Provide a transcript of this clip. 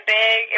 big